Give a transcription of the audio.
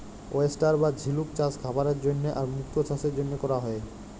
oyster বা ঝিলুক চাস খাবারের জন্হে আর মুক্ত চাসের জনহে ক্যরা হ্যয়ে